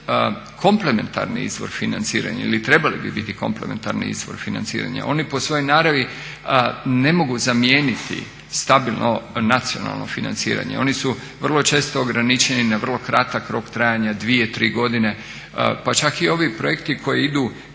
komplementarni izvor financiranja ili trebali bi biti komplementarni izvor financiranja, oni po svojoj naravi ne mogu zamijeniti stabilno nacionalno financiranje. Oni su vrlo često ograničeni na vrlo kratak rok trajanja 2, 3 godine. Pa čak i ovi projekti koji idu